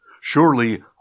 Surely